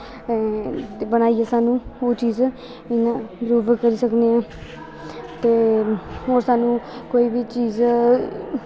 बनाईयै साह्नू ओह् चीज़ इया जरूर करी सकने तो होर साह्नू कोई बी चीज़